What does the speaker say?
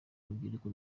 urubyiruko